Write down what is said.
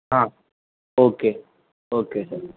હા okay okay